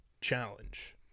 challenge